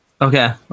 okay